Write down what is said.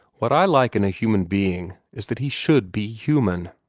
what i like in a human being is that he should be human.